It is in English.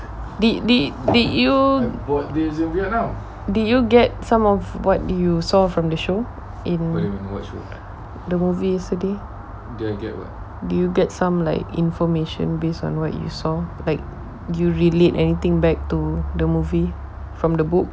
did did did you did you get some of what you saw from the show in the movie yesterday do you get some like information based on what you saw like you relate anything back to the movie from the book